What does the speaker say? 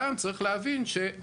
גם צריך להבין,